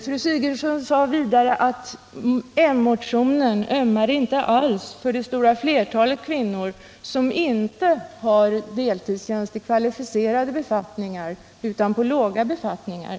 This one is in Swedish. Fru Sigurdsen sade att m-motionen inte alls ömmar för det stora flertalet kvinnor som inte har deltidstjänst i kvalificerade befattningar utan i låga befattningar.